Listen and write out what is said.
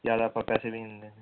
ਜ਼ਿਆਦਾ ਆਪਾਂ ਪੈਸੇ ਵੀ ਨਹੀਂ ਲੈਣੇ